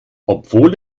obwohl